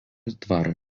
dvaro